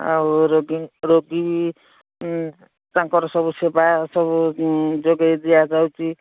ଆଉ ରୋଗୀ ରୋଗୀ ତାଙ୍କର ସବୁ ସେବା ସବୁ ଯୋଗେଇ ଦିଆଯାଉଛି